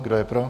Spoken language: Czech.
Kdo je pro?